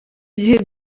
gihe